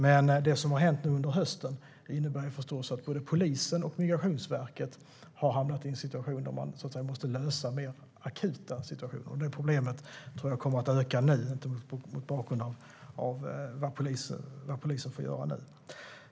Men det som har hänt nu under hösten innebär förstås att både polisen och Migrationsverket måste lösa mer akuta situationer. Det problemet tror jag kommer att öka, inte minst mot bakgrund av vad polisen får göra nu.